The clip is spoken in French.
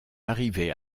arrivé